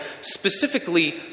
specifically